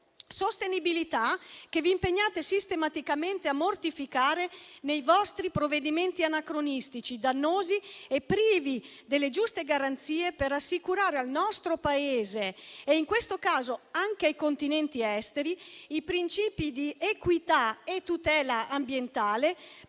sostenibilità che vi impegnate sistematicamente a mortificare nei vostri provvedimenti anacronistici, dannosi e privi delle giuste garanzie per assicurare al nostro Paese - e in questo caso anche ai Continenti extra-europei - i principi di equità e tutela ambientale,